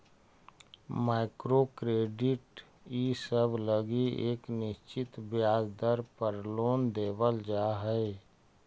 micro credit इसब लगी एक निश्चित ब्याज दर पर लोन देवल जा हई